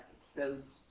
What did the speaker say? exposed